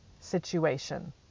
situation